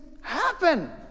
happen